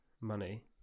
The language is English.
money